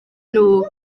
nhw